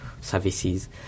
services